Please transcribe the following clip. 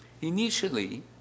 Initially